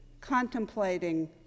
contemplating